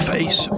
Face